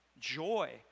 joy